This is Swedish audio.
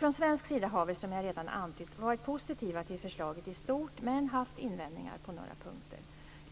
Från svensk sida har vi, som jag redan antytt, varit positiva till förslaget i stort men haft invändningar på några punkter.